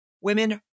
women